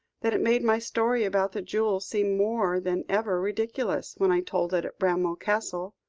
that it made my story about the jewel seem more than ever ridiculous, when i told it at bramwell castle.